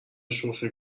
شوخی